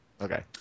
Okay